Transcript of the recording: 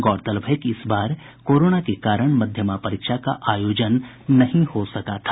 गौरतलब है कि इस बार कोरोना के कारण मध्यमा परीक्षा का आयोजन नहीं हो सका था